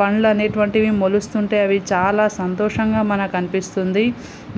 పండ్లనేటువంటివి మొలుస్తుంటే అవి చాలా సంతోషంగా మనకనిపిస్తుంది